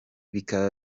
bikaba